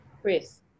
Chris